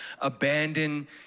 abandon